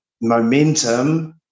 momentum